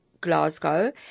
Glasgow